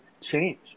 change